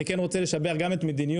אני כן רוצה לשבח גם את מדיניות